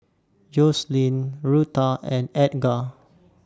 Joslyn Rutha and Edgar